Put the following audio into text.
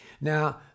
Now